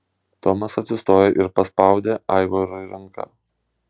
tomas atsistojo ir paspaudė aivarui ranką